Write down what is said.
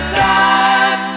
time